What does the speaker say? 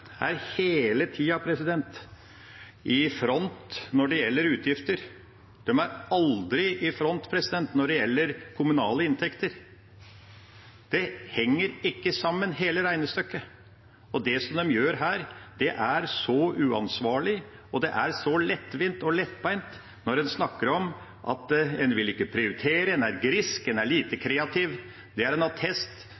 er hele tida i front når det gjelder utgifter. De er aldri i front når det gjelder kommunale inntekter. Hele regnestykket henger ikke sammen, og det de gjør her, er så uansvarlig og så lettvint og lettbeint. Når man snakker om at man ikke vil prioritere, at man er grisk og lite kreativ, er